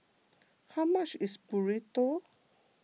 how much is Burrito